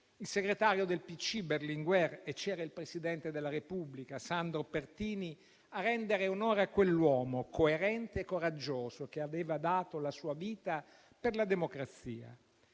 il segretario del PCI Berlinguer e il presidente della Repubblica Sandro Pertini a rendere onore a quell'uomo coerente e coraggioso, che aveva dato la sua vita per la democrazia.